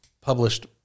published